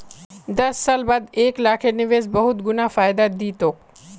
दस साल बाद एक लाखेर निवेश बहुत गुना फायदा दी तोक